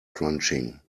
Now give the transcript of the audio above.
crunching